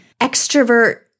extrovert